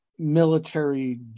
military